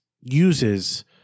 uses